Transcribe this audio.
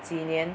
几年